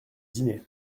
dîner